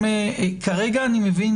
כרגע אני מבין